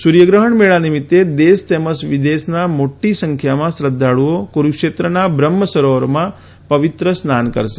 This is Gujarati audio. સૂર્યગ્રહણ મેળા નિમિત્ત દેશ તેમજ વિદેશના મોટી સંખ્યામાં શ્રધ્ધાળુઓ કુરૂક્ષેત્રના બ્રહ્મ સરોવરમાં પવિત્ર સ્નાન કરશે